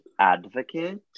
advocate